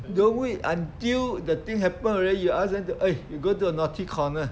don't wait until the thing happen already you ask them to eh you go to the naughty corner